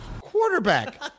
Quarterback